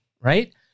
right